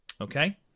Okay